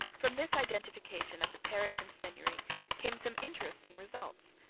from this identification of the parish and seigneury came some interesting results.